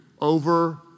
over